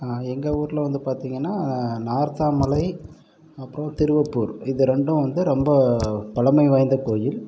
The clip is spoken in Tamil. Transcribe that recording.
எங்கள் ஊரில் வந்து பார்த்தீங்கனா நார்தான் மலை அப்புறம் திருவப்பூர் இது ரெண்டும் வந்து ரொம்ப பழமை வாய்ந்த கோயில்